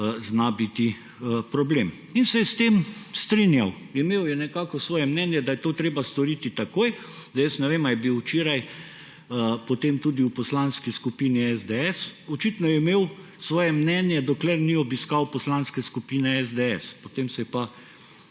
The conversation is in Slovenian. zna biti problem. In se je s tem strinjal. Imel je nekako svoje mnenje, da je to treba storiti takoj. Zdaj ne vem, ali je bil včeraj potem tudi v Poslanski skupini SDS. Očitno je imel svoje mnenje, dokler ni obiskal Poslanske skupine SDS, potem se je pa